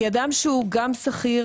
כי אדם שהוא גם שכיר